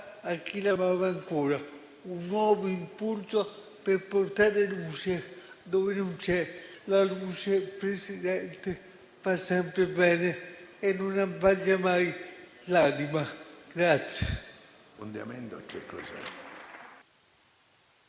a chi l'ama ancora. Un nuovo impulso per portare luce dove non c'è la luce, Presidente, fa sempre bene e non abbaglia mai l'anima.